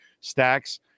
stacks